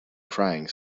crying